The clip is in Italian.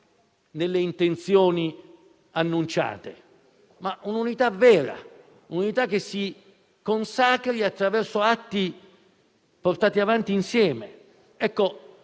nelle intenzioni annunciate, ma un'unità vera, che si consacri attraverso atti portati avanti insieme. Ecco,